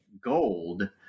Gold